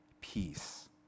peace